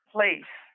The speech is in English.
place